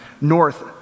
north